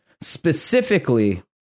specifically